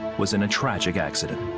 was in a tragic accident.